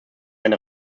eine